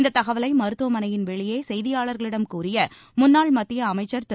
இந்த தகவலை மருத்துவமனையின் வெளியே செய்தியாளர்களிடம் கூறிய முன்னாள் மத்திய அமைச்சர் திரு